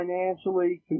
financially